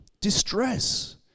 distress